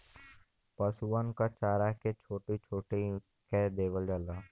पसुअन क चारा के छोट्टी छोट्टी कै देवल जाला